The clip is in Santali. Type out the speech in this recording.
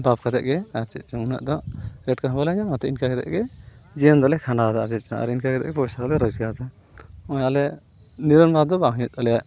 ᱫᱟᱵᱽ ᱠᱟᱛᱮ ᱜᱮ ᱟᱨ ᱪᱮᱫᱪᱚᱝ ᱩᱱᱟᱹᱜ ᱫᱚ ᱨᱮᱴᱠᱚ ᱦᱚᱸ ᱵᱟᱞᱮ ᱧᱟᱢᱟ ᱛᱚ ᱤᱱᱠᱟ ᱠᱟᱛᱮ ᱜᱮ ᱡᱤᱭᱚᱱᱫᱚ ᱞᱮ ᱠᱷᱟᱸᱰᱟᱣᱮᱫᱟ ᱟᱨ ᱤᱱᱠᱟ ᱠᱟᱛᱮ ᱜᱮ ᱯᱚᱭᱥᱟᱞᱮ ᱨᱳᱡᱽᱜᱟᱨ ᱮᱫᱟ ᱦᱚᱜᱼᱚᱸᱭ ᱟᱞᱮ ᱱᱤᱨᱟᱹᱱᱵᱟᱨ ᱫᱚ ᱵᱟᱝ ᱦᱩᱭᱩᱜ ᱛᱟᱞᱮᱭᱟ